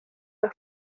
los